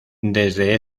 desde